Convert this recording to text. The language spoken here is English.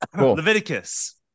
Leviticus